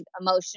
emotional